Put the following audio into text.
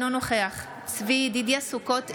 אינו נוכח צבי ידידיה סוכות,